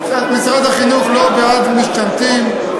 משרד החינוך לא בעד משתמטים,